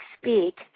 speak